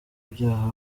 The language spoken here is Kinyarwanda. ibyaha